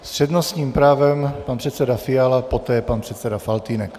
S přednostním právem pan předseda Fiala, poté pan předseda Faltýnek.